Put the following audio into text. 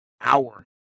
hour